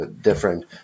different